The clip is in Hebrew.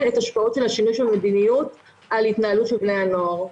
את השפעות השימוש במדיניות על התנהלות של בני הנוער.